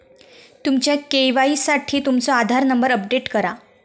तुमच्या के.वाई.सी साठी तुमचो आधार नंबर अपडेट करा